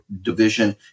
division